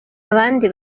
abandi